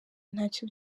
ntacyo